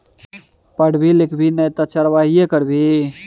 पढ़बी लिखभी नै तँ चरवाहिये ने करभी